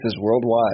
worldwide